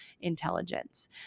intelligence